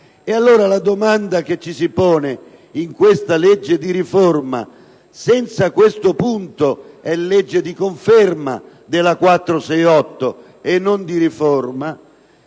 Allora, la domanda che ci si pone in questa legge di riforma - che senza questo punto è legge di conferma della legge n. 468 e non di riforma